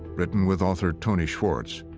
written with author tony schwartz,